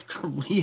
Korea